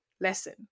lesson